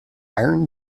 iron